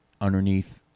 underneath